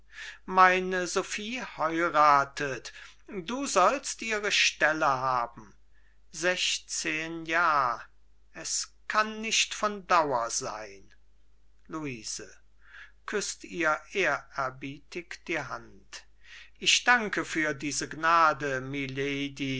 meine sophie heirathet du sollst ihre stelle haben sechzehn jahr es kann nicht von dauer sein luise küßt ihr ehrerbietig die hand ich danke für diese gnade milady